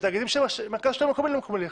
ותאגידים של מרכז השלטון המקומי לא מקובלים עליכם?